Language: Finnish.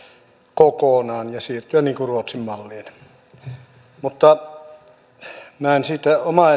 kokonaan ja siirtyä ruotsin malliin minä en jatka siitä sitä omaa